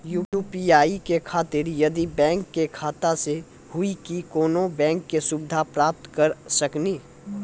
UPI के खातिर यही बैंक के खाता से हुई की कोनो बैंक से सुविधा प्राप्त करऽ सकनी?